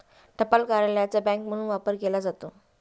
टपाल कार्यालयाचा बँक म्हणून वापर केला जातो